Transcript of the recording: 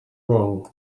wrong